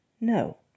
no